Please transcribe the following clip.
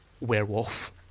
werewolf